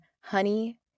honey